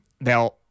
Now